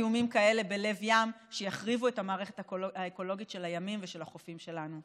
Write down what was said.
זיהומים כאלה בלב ים שיחריבו את המערכת האקולוגית של הימים ושל החופים שלנו.